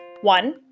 One